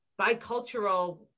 bicultural